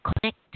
connect